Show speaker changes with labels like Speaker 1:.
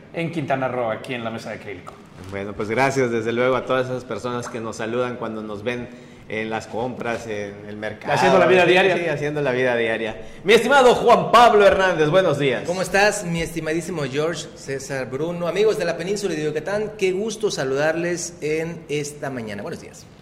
Speaker 1: en Quintana Roo, aquí en la Mesa de Acrílico.
Speaker 2: Bueno, pues gracias, desde luego, a todas esas personas que nos saludan cuando nos ven en las compras, en el mercado.
Speaker 1: Haciendo la vida
Speaker 2: Sí,
Speaker 1: diaria.
Speaker 2: sí, haciendo la vida diaria. Mi estimado Juan Pablo Hernández, buenos días.
Speaker 3: ¿Cómo estás, mi estimadísimo George César Bruno? Amigos de la península de Yucatán, qué gusto saludarles en esta mañana. Buenos días.